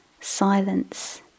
silence